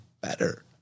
better